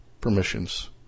permissions